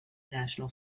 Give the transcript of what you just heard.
national